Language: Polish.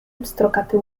pstrokaty